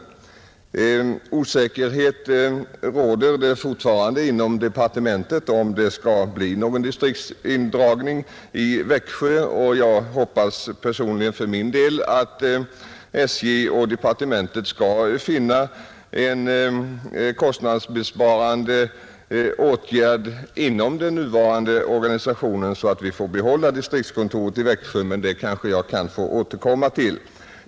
Osäkerhet synes fortfarande råda inom departementet om det skall bli någon distriktsindragning i Växjö. Jag hoppas för min del att SJ och departementet skall finna en kostnadsbesparande åtgärd inom den nuvarande organisationen så att vi får behålla distriktskontoret i Växjö. Men den saken kanske jag kan få återkomma till.